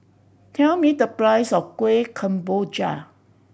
tell me the price of Kuih Kemboja